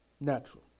natural